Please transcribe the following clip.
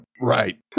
Right